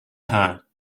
her